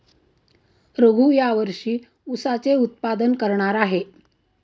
रघू या वर्षी ऊसाचे उत्पादन करणार आहे